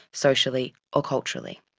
socially or culturally.